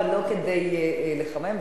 ולא כדי לחמם.